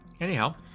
Anyhow